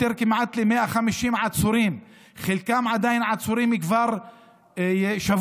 כמעט 150 עצורים, חלקם עצורים כבר שבוע.